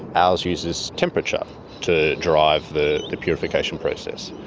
ours uses temperature to drive the the purification process.